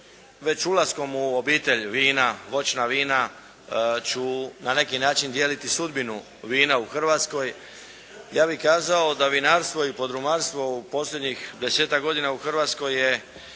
već ulaskom u obitelj vina, voćna vina će na neki način dijeliti sudbinu vina u Hrvatskoj. Ja bih kazao da vinarstvo i podrumarstvo u posljednjih desetak godina u Hrvatskoj je